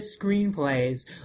screenplays